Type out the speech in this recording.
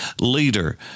leader